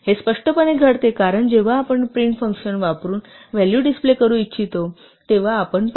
हे स्पष्टपणे घडते कारण जेव्हा आपण प्रिंट फंक्शन वापरून व्हॅलू डिस्प्ले करू इच्छितो तेव्हा आपण पाहू